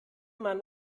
man